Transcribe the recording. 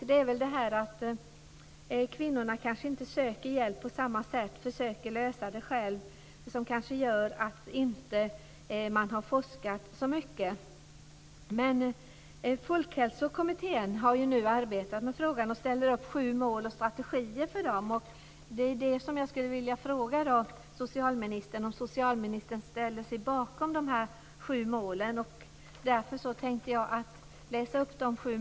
Det är kanske detta att kvinnorna inte söker hjälp på samma sätt utan försöker lösa problemen själva som gör att man inte har forskat så mycket. Folkhälsokommittén har nu arbetat med frågan och ställt upp sju mål och strategier. Jag skulle vilja fråga socialministern om han ställer sig bakom dessa sju mål och tänker därför läsa upp dem.